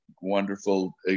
wonderful